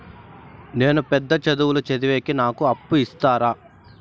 నేను పెద్ద చదువులు చదివేకి నాకు అప్పు ఇస్తారా